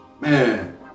man